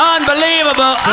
Unbelievable